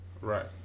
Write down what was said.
Right